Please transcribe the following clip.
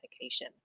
medication